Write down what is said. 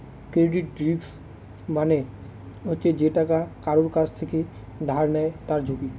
credit risk মানে হচ্ছে যে টাকা কারুর কাছ থেকে ধার নেয় তার ঝুঁকি